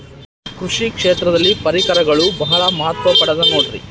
ಕೃಷಿ ಕ್ಷೇತ್ರದಲ್ಲಿ ಪರಿಕರಗಳು ಬಹಳ ಮಹತ್ವ ಪಡೆದ ನೋಡ್ರಿ?